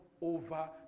over